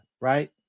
right